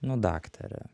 nu daktare